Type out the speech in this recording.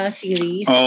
series